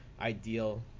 ideal